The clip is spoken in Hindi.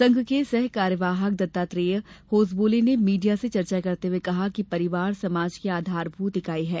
संघ के सह सरकार्यवाह दत्तात्रेय होसबोले ने मीडिया से चर्चा करते हये कहा कि परिवार समाज की आधारभूत ईकाई है